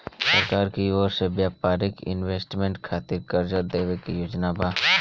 सरकार की ओर से व्यापारिक इन्वेस्टमेंट खातिर कार्जा देवे के योजना बा